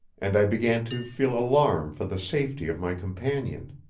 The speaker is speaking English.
and i began to feel alarm for the safety of my companion.